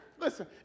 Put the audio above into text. listen